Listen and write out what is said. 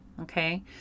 Okay